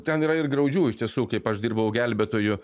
ten yra ir graudžių iš tiesų kaip aš dirbau gelbėtoju